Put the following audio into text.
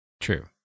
True